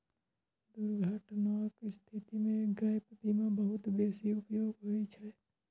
दुर्घटनाक स्थिति मे गैप बीमा बहुत बेसी उपयोगी होइ छै